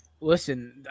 Listen